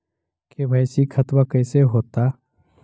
KYC खतबा कैसे होता?